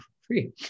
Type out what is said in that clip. free